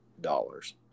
dollars